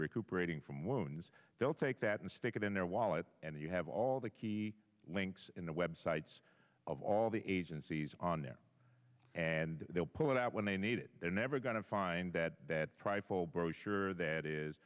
recuperating from loans they'll take that and stick it in their wallet and you have all the key links in the websites of all the agencies on there and they'll pull it out when they need it they're never going to find that that t